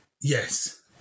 Yes